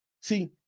See